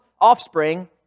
offspring